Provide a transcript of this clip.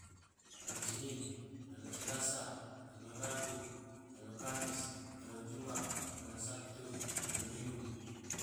Alo senin, alo selasa, alo rabu, alo kamis, alo juma, alo sabtu, alo minggu.